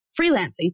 freelancing